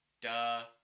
Duh